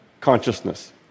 consciousness